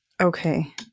Okay